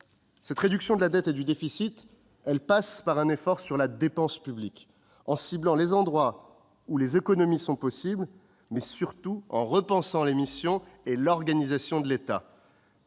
Cette réduction de la dette et du déficit passe par un effort sur la dépense publique, en ciblant les postes sur lesquels des économies sont possibles, mais surtout en repensant les missions et l'organisation de l'État.